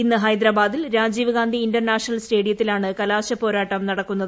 ഇന്ന് ഹൈദരാബാദിൽ രാജീവ്ഗാന്ധി ഇന്റർനാഷണൽ സ്റ്റേഡിയത്തിലാണ് കലാശപ്പോരാട്ടം നടക്കുന്നത്